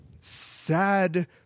sad